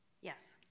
Yes